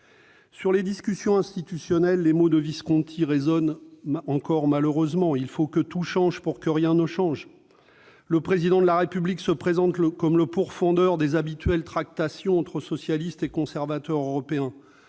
Sur les discussions institutionnelles, les mots de Visconti résonnent encore malheureusement :« Il faut que tout change pour que rien ne change. » Le Président de la République se présente comme le pourfendeur des habituelles tractations entre socialistes et conservateurs européens,